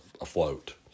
afloat